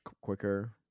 quicker